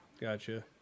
gotcha